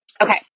Okay